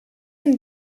een